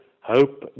hope